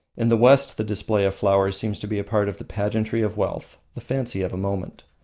in the west the display of flowers seems to be a part of the pageantry of wealth the fancy of a moment.